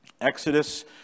Exodus